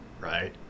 right